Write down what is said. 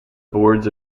boards